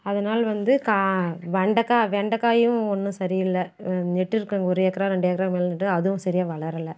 அதனால் வந்து கா வெண்டைக்கா வெண்டைக்காயும் ஒன்றும் சரியில்லை நட்டிருக்குறோங்க ஒரு ஏக்கரா ரெண்டு ஏக்கரா மேல் நட்டு அதுவும் சரியாக வளரலை